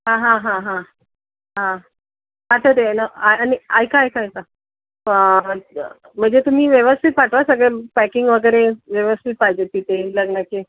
हां हां हां हां हां आता ते ना आणि ऐका ऐका ऐका म्हणजे तुम्ही व्यवस्थित पाठवा सगळं पॅकिंग वगैरे व्यवस्थित पाहिजे तिथे लग्नाचे